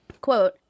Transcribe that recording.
Quote